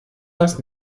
das